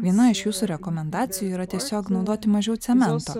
viena iš jūsų rekomendacijų yra tiesiog naudoti mažiau cemento